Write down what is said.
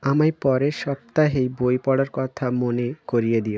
আমায় পরের সপ্তাহেই বই পড়ার কথা মনে করিয়ে দিও